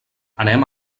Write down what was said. anem